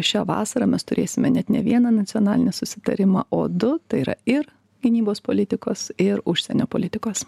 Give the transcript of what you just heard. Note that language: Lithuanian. šią vasarą mes turėsime net ne vieną nacionalinį susitarimą o du tai yra ir gynybos politikos ir užsienio politikos